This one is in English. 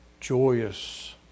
joyous